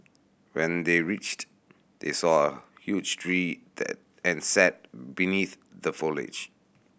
when they reached they saw a huge tree and sat beneath the foliage